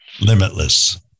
limitless